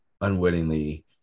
unwittingly